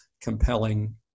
compelling